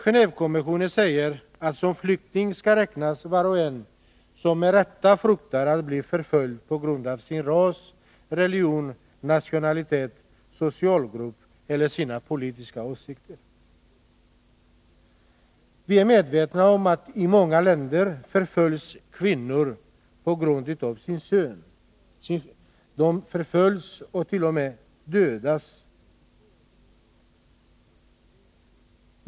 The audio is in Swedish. Genéevekonventionen säger att som flykting skall räknas var och en som med rätta fruktar att bli förföljd på grund av sin ras, religion, nationalitet, socialgrupp eller sina politiska åsikter. Vi är medvetna om att kvinnor i många länder förföljs på grund av sitt kön. dödas.